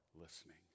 listening